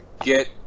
get